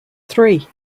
three